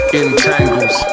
entangles